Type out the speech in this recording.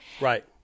Right